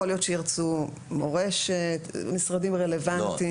יכול להיות שירצו מורשת, משרדים רלוונטיים,